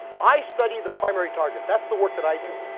i study the primary target. that's the work that i do.